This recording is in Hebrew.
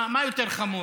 מה יותר חמור,